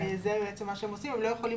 זה בעצם מה שהם עושים אבל הם לא יכולים